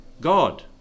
God